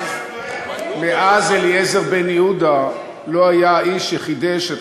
מאז אליעזר בן-יהודה לא היה איש שחידש את